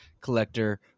collector